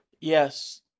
Yes